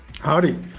Howdy